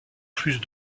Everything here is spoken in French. plus